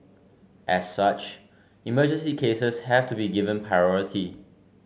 as such emergency cases have to be given priority